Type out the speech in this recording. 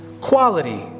quality